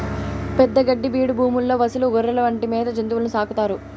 పెద్ద గడ్డి బీడు భూముల్లో పసులు, గొర్రెలు వంటి మేత జంతువులను సాకుతారు